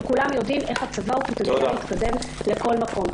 וכולם יודעים איך הצבא הוא דרך להתקדם לכל מקום.